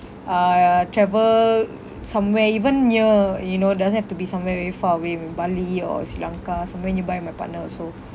uh travel somewhere even near you know doesn't have to be somewhere very far away maybe bali or sri lanka somewhere nearby my partner also